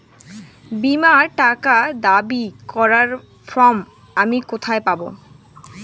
বীমার টাকা দাবি করার ফর্ম আমি কোথায় পাব?